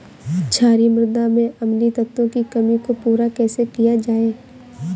क्षारीए मृदा में अम्लीय तत्वों की कमी को पूरा कैसे किया जाए?